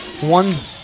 One